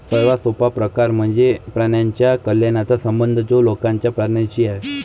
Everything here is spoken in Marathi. सर्वात सोपा प्रकार म्हणजे प्राण्यांच्या कल्याणाचा संबंध जो लोकांचा प्राण्यांशी आहे